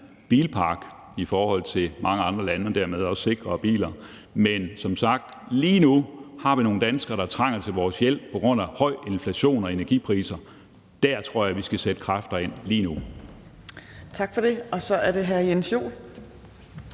bilpark i forhold til mange andre lande og dermed også sikrere biler. Men som sagt har vi lige nu nogle danskere, som trænger til vores hjælp på grund af høj inflation og høje energipriser. Der tror jeg vi skal sætte vores kræfter ind lige nu. Kl. 15:57 Anden næstformand